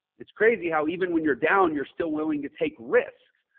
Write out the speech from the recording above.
it's crazy. how, even when you're down, you're still willing to take risks.